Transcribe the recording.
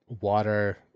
Water